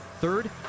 Third